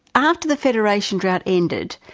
after the federation drought ended,